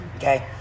Okay